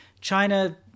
China